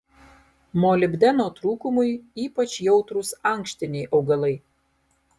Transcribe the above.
molibdeno trūkumui ypač jautrūs ankštiniai augalai